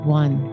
one